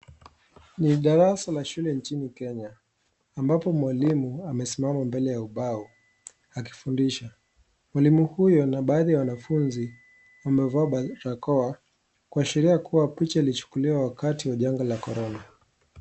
Ni darasa la shule nchini Kenya ambapo mwalimu amesimama mbele ya ubao akifundisha. Mwalimu huyo na baadhi ya wanafunzi wamevaa barakoa kuashiria kuwa picha ilichukuliwa wakati wa janga la Korona.